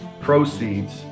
proceeds